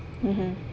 mmhmm